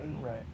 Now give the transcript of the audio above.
Right